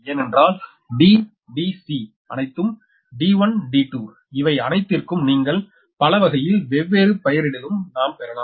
ஏனென்றால் d d c அனைத்து d1 d2 இவை அனைத்திற்கும் நீங்கள் பல வகையில் வெவ்வேறு பெயரிடலிலும் நாம் பெறலாம்